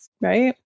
right